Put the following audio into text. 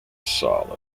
solid